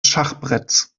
schachbretts